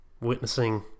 witnessing